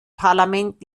parlament